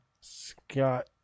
Scott